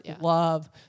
love